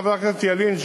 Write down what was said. חבר הכנסת ילין,